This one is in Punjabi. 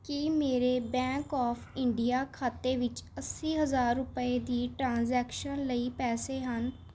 ਕੀ ਮੇਰੇ ਬੈਂਕ ਓਫ ਇੰਡੀਆ ਖਾਤੇ ਵਿੱਚ ਅੱਸੀ ਹਜ਼ਾਰ ਰੁਪਏ ਦੀ ਟ੍ਰਾਂਜੈਕਸ਼ਨ ਲਈ ਪੈਸੇ ਹਨ